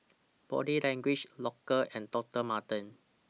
Body Language Loacker and Doctor Martens